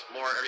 More